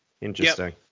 Interesting